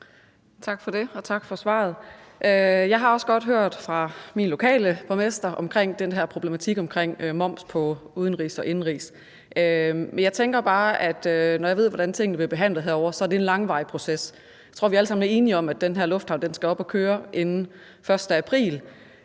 Tak for det, og tak for svaret. Jeg har også godt fra min lokale borgmester hørt om den her problematik omkring moms på udenrigs- eller indenrigsflyvning. Jeg tænker bare, når jeg ved, hvordan tingene bliver behandlet herovre, at det er en langvarig proces. Jeg tror, vi alle sammen er enige om, at den her lufthavn skal op at køre inden den 1. april.